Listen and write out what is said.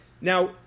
Now